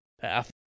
path